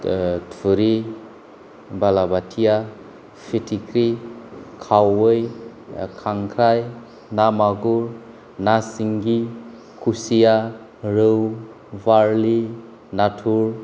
थुरि बालाबाथिया फिथिख्रि खावै खांख्राय ना मागुर ना सिंगि खुसिया रौ बारलि नाथुर